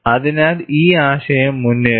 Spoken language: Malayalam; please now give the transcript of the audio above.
അതിനാൽ ഈ ആശയം മുന്നേറി